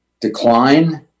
decline